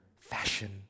fashion